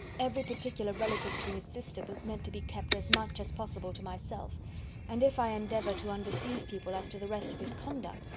every particular relative to his sister was meant to be kept as much as possible to myself and if i endeavour to undeceive people as to the rest of his conduct,